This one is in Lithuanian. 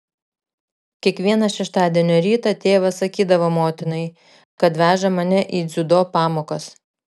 kiekvieną šeštadienio rytą tėvas sakydavo motinai kad veža mane į dziudo pamokas